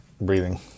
Breathing